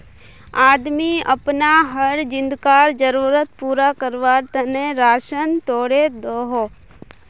आदमी अपना हर दिन्कार ज़रुरत पूरा कारवार तने राशान तोड़े दोहों